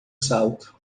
salto